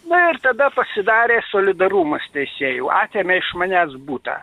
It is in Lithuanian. na ir tada pasidarė solidarumas teisėjų atėmė iš manęs butą